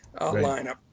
lineup